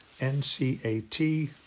N-C-A-T